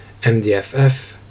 MDFF